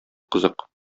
кызык